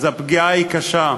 הפגיעה היא קשה.